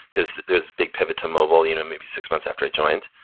because there's a big pivot to mobile you know maybe six months after i joined.